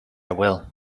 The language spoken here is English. will